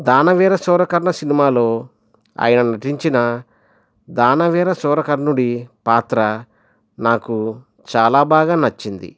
దానవీరశూరకర్ణ సినిమాలో ఆయన నటించిన దానవీరశూరకర్ణుడి పాత్ర నాకు చాలా బాగా నచ్చింది